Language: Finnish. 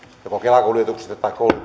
joko kela kuljetuksista